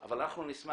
מה נעשה